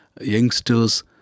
youngsters